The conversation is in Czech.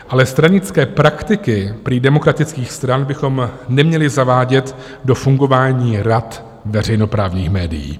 Ale stranické praktiky prý demokratických stran bychom neměli zavádět do fungování rad veřejnoprávních médií.